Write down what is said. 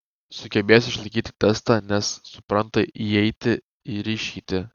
sugebės išlaikyti testą nes supranta įeitį ir išeitį